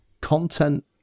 content